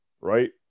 right